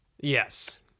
Yes